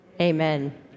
amen